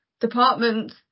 departments